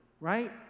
right